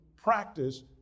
practice